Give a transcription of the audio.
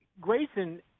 Grayson